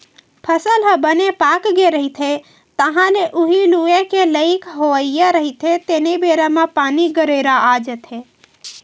फसल ह बने पाकगे रहिथे, तह ल उही लूए के लइक होवइया रहिथे तेने बेरा म पानी, गरेरा आ जाथे